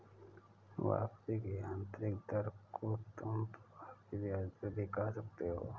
वापसी की आंतरिक दर को तुम प्रभावी ब्याज दर भी कह सकते हो